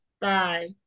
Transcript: Bye